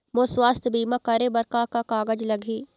मोर स्वस्थ बीमा करे बर का का कागज लगही?